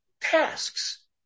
tasks